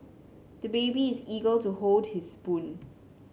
the baby is eager to hold his spoon